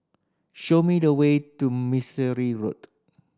show me the way to Mistri Road